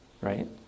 Right